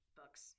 books